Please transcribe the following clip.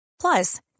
Plus